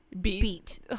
beat